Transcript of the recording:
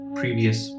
previous